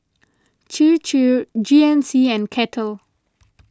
Chir Chir G N C and Kettle